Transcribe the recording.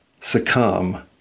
succumb